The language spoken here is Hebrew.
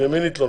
למי נתלונן?